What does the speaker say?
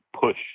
push